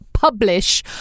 publish